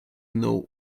know